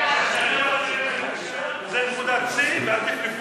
כששניכם מתחילים לתקשר זה נקודת שיא, ועדיף לפרוש